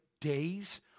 days